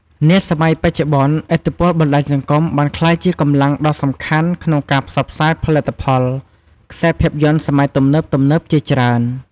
នាសម័យបច្ចុប្បន្នឥទ្ធិពលបណ្តាញសង្គមបានក្លាយជាកម្លាំងដ៏សំខាន់ក្នុងការផ្សព្វផ្សាយផលិតផល ខ្សែរភាពយន្តសម័យទំនើបៗជាច្រើន ។